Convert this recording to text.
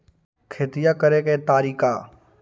खेतिया करेके के तारिका?